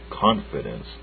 confidence